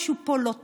משהו פה לא תקין.